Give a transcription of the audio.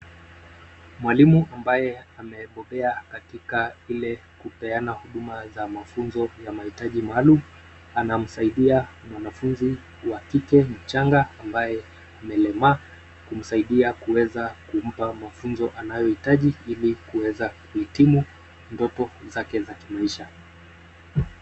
Mwalimu ambaye amebobea katika ile kupeana huduma za mafunzo ya mahitaji maalumu anamsaidia mwanafunzi wa kike mchanga ambaye amelemaa kumsaidia kuweza kumpa mafunzo anayohitaji ili kuweza kuhitimu ndoto zake za kimaisha.